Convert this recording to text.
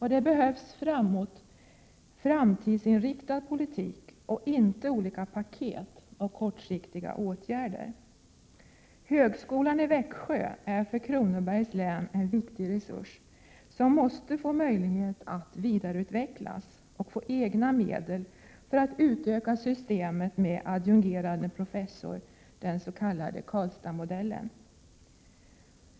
Det behövs framtidsinriktad politik och inte olika ”paket” och kortsiktiga åtgärder. Högskolan i Växjö är för Kronobergs län en viktig resurs, som måste få möjlighet att vidareutvecklas och få egna medel för att utöka systemet med adjungerad professor, den s.k. Karlstadsmodellen.